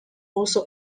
also